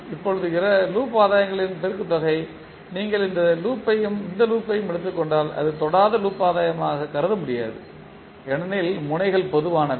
இப்போது லூப் ஆதாயங்களின் பெருக்குத் தொகை நீங்கள் இந்த லூப்த்தையும் இந்த லூப்த்தையும் எடுத்துக் கொண்டால் இது தொடாத லூப் ஆதாயங்களாக கருத முடியாது ஏனெனில் முனைகள் பொதுவானவை